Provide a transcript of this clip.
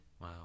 wow